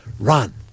Run